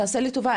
תעשה לי טובה,